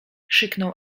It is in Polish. krzyknął